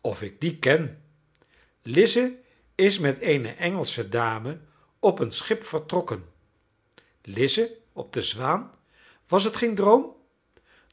of ik die ken lize is met eene engelsche dame op een schip vertrokken lize op de zwaan was het geen droom